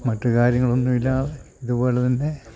മറ്റു കാര്യങ്ങളൊന്നുമില്ലാതെ ഇതുപോലെ തന്നെ